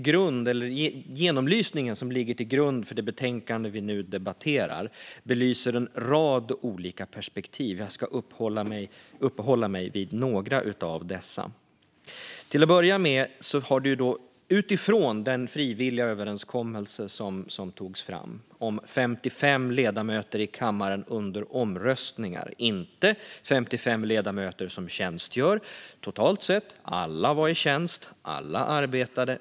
Genomlysningen som ligger till grund för det betänkande som vi nu debatterar belyser en rad olika perspektiv. Jag ska uppehålla mig vid några av dessa. Till att börja med har den frivilliga överenskommelse som togs fram om 55 ledamöter i kammaren under omröstningar lett till en diskussion. Det var inte 55 ledamöter som tjänstgjorde totalt sett. Alla var i tjänst. Alla arbetade.